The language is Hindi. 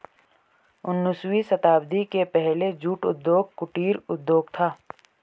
उन्नीसवीं शताब्दी के पहले जूट उद्योग कुटीर उद्योग था